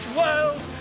world